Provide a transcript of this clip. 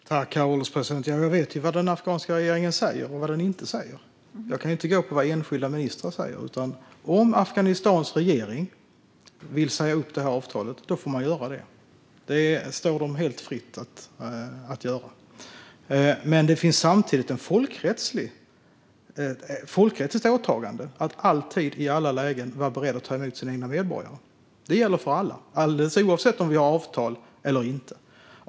Herr ålderspresident! Jag vet vad den afghanska regeringen säger och vad den inte säger. Jag kan inte gå på vad enskilda ministrar säger. Om Afghanistans regering vill säga upp avtalet får de göra det. Det står dem helt fritt. Samtidigt finns det ett folkrättsligt åtagande att alltid, i alla lägen, vara beredd att ta emot sina egna medborgare. Det gäller för alla, alldeles oavsett om vi har avtal eller inte.